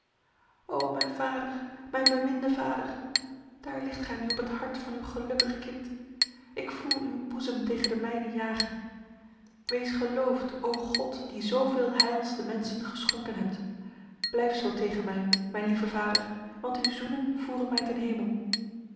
o mijn vader mijn beminde vader daar ligt gij nu op het hart van uw gelukkig kind ik voel uw boezem tegen de mijne jagen wees geloofd o god die zoveel heils de mensen geschonken hebt blijf zo tegen mij mijn lieve vader want uw zoenen voeren mij ten hemel